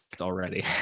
already